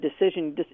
decision